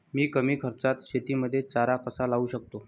मी कमी खर्चात शेतीमध्ये चारा कसा लावू शकतो?